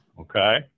Okay